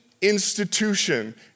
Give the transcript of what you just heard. institution